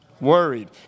worried